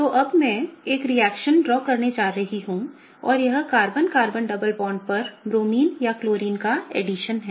तो अब मैं एक और रिएक्शन ड्रा करने जा रही हूं और यह कार्बन कार्बन डबल बॉन्ड पर ब्रोमीन या क्लोरीन का एडिशन है